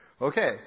Okay